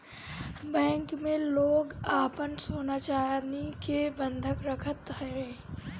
bank में लोग आपन सोना चानी के बंधक रखत हवे